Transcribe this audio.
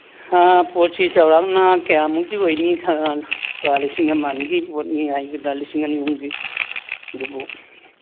ꯄꯣꯠꯁꯤ ꯆꯧꯔꯥꯛꯅ ꯀꯌꯥꯃꯨꯛꯇꯤ ꯑꯣꯏꯅꯤ ꯂꯤꯁꯤꯡ ꯑꯃꯅꯤꯒꯤ ꯄꯣꯠꯅꯤ ꯍꯥꯏꯒꯗ꯭ꯔ ꯂꯤꯁꯤꯡ ꯑꯅꯤ ꯑꯍꯨꯝꯒꯤ ꯑꯗꯨꯕꯨ